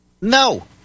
no